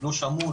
לא שמעו,